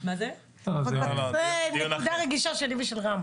זו נקודה רגישה שלי ושם רם.